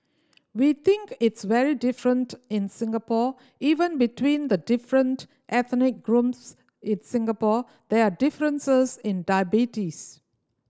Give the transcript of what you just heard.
we think it's very different in Singapore even between the different ethnic groups its Singapore there are differences in diabetes